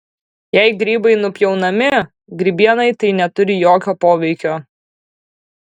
jei grybai nupjaunami grybienai tai neturi jokio poveikio